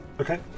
Okay